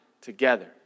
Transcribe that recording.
together